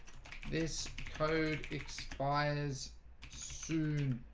this code expires soon